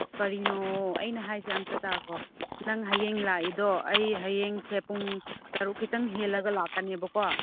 ꯀꯔꯤꯅꯣ ꯑꯩꯅ ꯍꯥꯏꯔꯤꯁꯦ ꯑꯃꯨꯛꯇ ꯇꯥꯈꯣ ꯅꯪ ꯍꯌꯦꯡ ꯂꯥꯛꯏꯗꯣ ꯑꯩ ꯍꯌꯦꯡꯁꯦ ꯄꯨꯡ ꯇꯔꯨꯛ ꯈꯤꯇꯪ ꯍꯦꯜꯂꯒ ꯂꯥꯛꯀꯅꯦꯕꯀꯣ